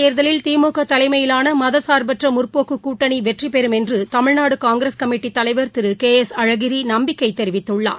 தேர்தலில் திமுகதலைமையிலானமதசாா்பற்றமுற்போக்குக் கூட்டணிவெற்றிபெறும் மக்களவைத் என்றுதமிழ்நாடுகாங்கிரஸ் கமிட்டிதலைவர் திருகே எஸ் அழகிரிநம்பிக்கைதெரிவித்துள்ளார்